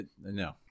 No